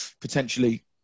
potentially